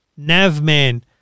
Navman